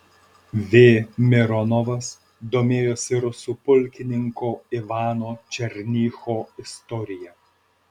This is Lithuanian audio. v mironovas domėjosi rusų pulkininko ivano černycho istorija